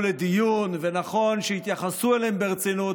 לדיון ונכון שיתייחסו אליהם ברצינות,